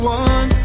one